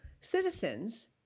Citizens